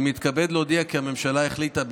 אני מתכבד להודיע כי הממשלה החליטה,